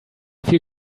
feel